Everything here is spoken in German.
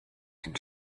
den